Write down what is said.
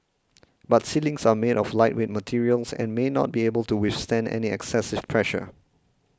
but ceilings are made of lightweight materials and may not be able to withstand any excessive pressure